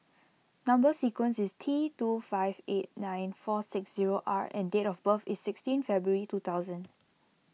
Number Sequence is T two five eight nine four six zero R and date of birth is sixteen February two thousand